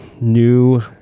new